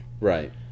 Right